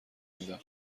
میدم